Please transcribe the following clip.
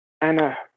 Anna